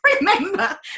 remember